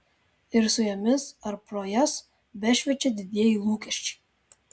ir su jomis ar pro jas bešviečią didieji lūkesčiai